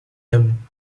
them